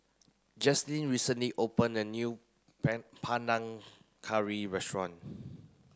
Jaslyn recently opened a new Panang Curry restaurant